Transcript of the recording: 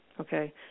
okay